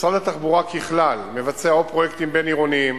משרד התחבורה ככלל מבצע או פרויקטים בין-עירוניים